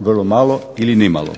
vrlo malo ili nimalo.